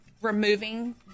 removing